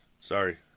Sorry